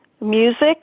music